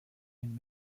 and